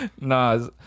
Nah